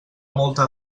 molta